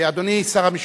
אדוני שר המשפטים,